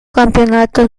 campeonatos